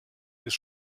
ist